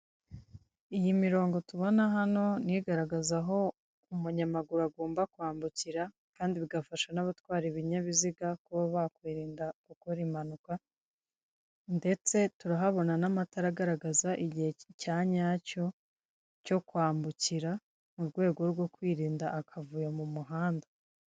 Iyi mirongo tubona hano, ni igaragaza aho umunyamaguru agomba kwambukira, kandi bigafasha n'abatwara ibinyabiziga kuba bakwirinda gukora impanuka, ndetse turahabona n'amatara agaragaza igihe cya nyacyo cyo kwambukira, mu rwego rwo kwirinda akavuyo mu muhanda.